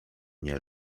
nie